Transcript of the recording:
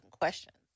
questions